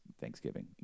Thanksgiving